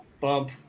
bump